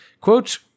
quote